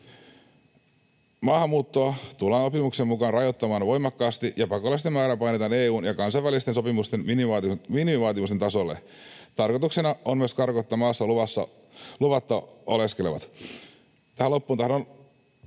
Maahanmuuttoa tullaan sopimuksen mukaan rajoittamaan voimakkaasti ja pakolaisten määrä painetaan EU:n ja kansainvälisten sopimusten minimivaatimusten tasolle. Tarkoituksena on myös karkottaa maassa luvatta oleskelevat. Tähän loppuun tahdon